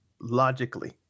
Logically